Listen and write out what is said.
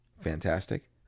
fantastic